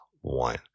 one